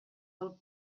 del